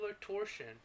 torsion